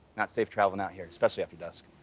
not safe traveling out here especially after dusk.